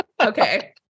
Okay